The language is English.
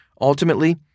Ultimately